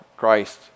Christ